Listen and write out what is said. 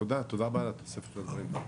תודה רבה על התוספת של הדברים.